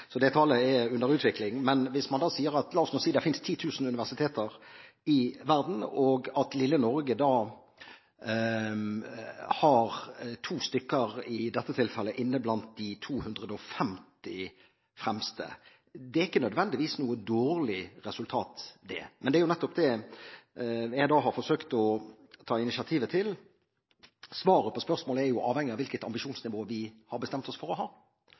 så det tallet er under utvikling – men la oss si at det finnes 10 000 universiteter i verden, og at lille Norge har 2 inne blant de 250 fremste, så er ikke det nødvendigvis noe dårlig resultat. Men det er nettopp det jeg har forsøkt å ta opp. Svaret på spørsmålet er avhengig av hvilket ambisjonsnivå man har bestemt seg for å ha.